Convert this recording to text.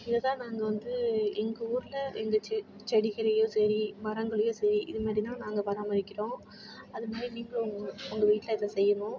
இதை தான் நாங்கள் வந்து எங்கள் ஊரில் எங்கள் செ செடிகள்லியும் சரி மரங்கள்லேயும் சரி இது மாரி தான் நாங்கள் பராமரிக்கிறோம் அது மாதிரி நீங்களும் உங்கள் வீட்டில் இதை செய்யணும்